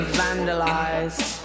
vandalize